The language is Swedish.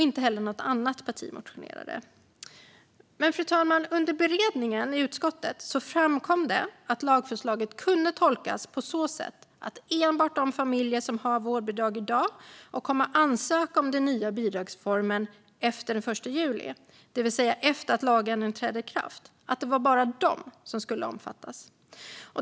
Inte heller något annat parti motionerade. Under beredningen i utskottet framkom det dock, fru talman, att lagförslaget kunde tolkas på så sätt att enbart de familjer som i dag har vårdbidrag och kommer att ansöka om den nya bidragsformen efter den 1 juli, det vill säga efter att lagändringen trätt i kraft, kommer att omfattas.